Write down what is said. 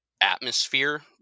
atmosphere